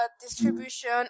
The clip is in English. distribution